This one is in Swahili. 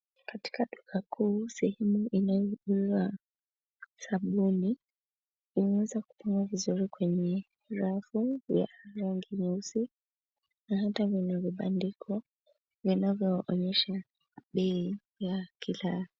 Katika duka kuu, sehemu inayouza sabuni imeweza kupangwa vizuri kwenye rafu ya rangi nyeusi na hata lina vibandiko vinavyoonyesha bei ya kila.